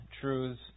truths